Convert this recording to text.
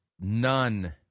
none